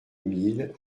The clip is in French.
mille